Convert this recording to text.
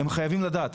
הם חייבים לדעת,